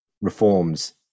reforms